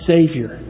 Savior